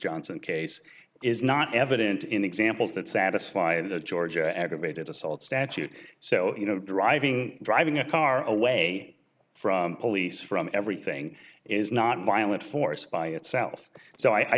johnson case is not evident in examples that satisfy the georgia aggravated assault statute so you know driving driving a car away from police from everything is not a violent force by itself so i